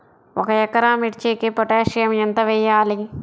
ఒక ఎకరా మిర్చీకి పొటాషియం ఎంత వెయ్యాలి?